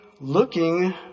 looking